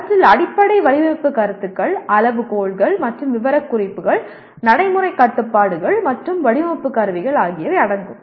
அவற்றில் அடிப்படை வடிவமைப்பு கருத்துக்கள் அளவுகோல்கள் மற்றும் விவரக்குறிப்புகள் நடைமுறை கட்டுப்பாடுகள் மற்றும் வடிவமைப்பு கருவிகள் ஆகியவை அடங்கும்